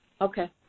okay